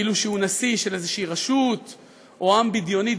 כאילו שהוא נשיא של איזושהי רשות או עם בדיוני,